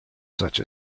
such